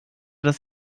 das